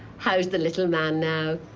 how's the little man now?